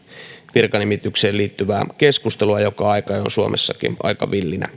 virkanimitykseen liittyvää keskustelua joka aika ajoin suomessakin aika villinä